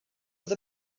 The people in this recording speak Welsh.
oedd